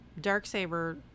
Darksaber